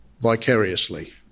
vicariously